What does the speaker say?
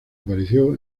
apareció